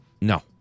No